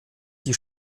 die